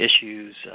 issues